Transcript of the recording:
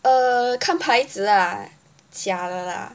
uh 看牌子啊假的啦